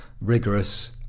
rigorous